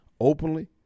openly